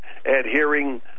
adhering